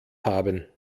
haben